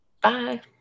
Bye